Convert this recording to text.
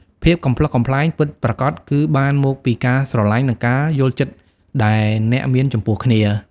ភាពកំប្លុកកំប្លែងពិតប្រាកដគឺបានមកពីការស្រលាញ់និងការយល់ចិត្តដែលអ្នកមានចំពោះគ្នា។